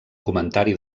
comentari